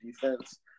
defense